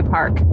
Park